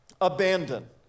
abandon